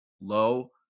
low